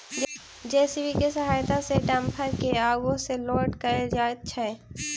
JCB के सहायता सॅ डम्फर के आगू सॅ लोड कयल जाइत छै